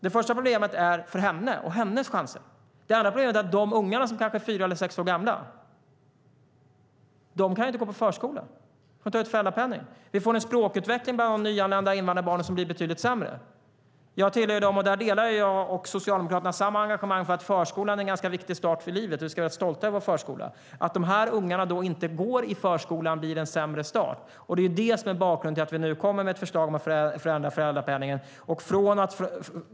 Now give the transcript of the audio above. Det första problemet gäller henne och hennes chanser. Det andra är att de ungar som kanske är fyra och sex år gamla inte kan gå i förskola - mamman tar ju ut föräldrapenning. Vi får då en betydligt sämre språkutveckling bland de nyanlända invandrarbarnen. Jag och Socialdemokraterna anser att förskolan är en ganska viktig start i livet och att vi ska vara stolta över vår förskola. Att de här ungarna inte går i förskolan ger dem en sämre start. Det är bakgrunden till att vi kommer med ett förslag om att förändra föräldrapenningen.